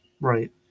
Right